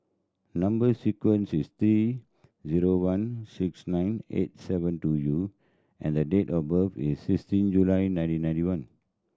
number sequence is T zero one six nine eight seven two U and the date of birth is sixteen July nineteen ninety one